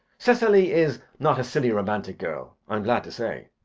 cecily is not a silly romantic girl, i am glad to say.